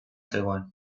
zegoen